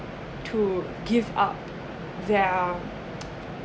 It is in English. to give up their